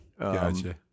Gotcha